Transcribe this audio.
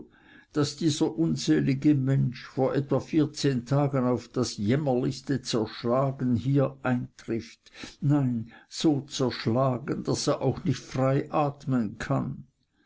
daß dieser unselige mensch vor etwa vierzehn tagen auf das jämmerlichste zerschlagen hier eintrifft nein so zerschlagen daß er auch nicht frei atmen kann